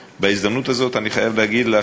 ובהזדמנות הזאת אני חייב להגיד לך,